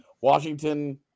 Washington